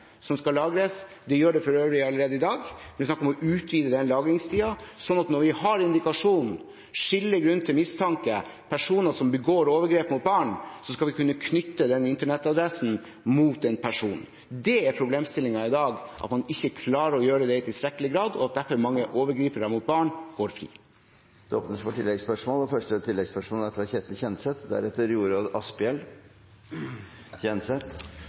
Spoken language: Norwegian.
som skal lagres. Man gjør det for øvrig allerede i dag. Men det er snakk om å utvide lagringstiden sånn at når man har indikasjon på – skjellig grunn til å mistenke – personer som begår overgrep mot barn, skal man kunne knytte internettadressen til en person. Problemstillingen i dag er at man ikke klarer å gjøre det i tilstrekkelig grad, og at mange overgripere mot barn derfor går fri. Det blir oppfølgingsspørsmål – først Ketil Kjenseth. Helseopplysninger er